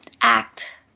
act